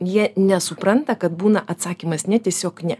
jie nesupranta kad būna atsakymas ne tiesiog ne